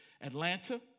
Atlanta